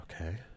Okay